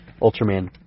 Ultraman